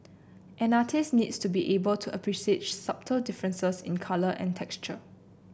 an artist needs to be able to appreciate differences in colour and texture